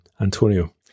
Antonio